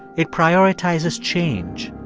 it prioritizes change,